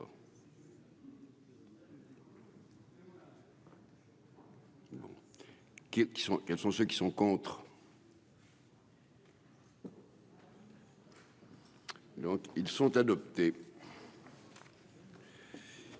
quels sont ceux qui sont contre. Donc ils sont adoptés.